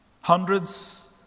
hundreds